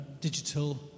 digital